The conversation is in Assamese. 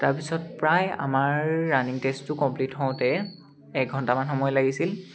তাৰপিছত প্ৰায় আমাৰ ৰাণিং টেষ্টটো কমপ্লিট হওঁতে এক ঘণ্টামান সময় লাগিছিল